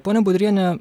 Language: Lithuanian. ponia budriene